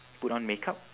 put on makeup